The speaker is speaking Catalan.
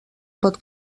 pot